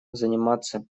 заниматься